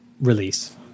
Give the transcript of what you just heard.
release